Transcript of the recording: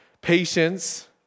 Patience